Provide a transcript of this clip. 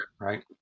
right